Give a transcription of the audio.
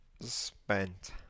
spent